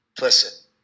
listen